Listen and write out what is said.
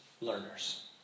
learners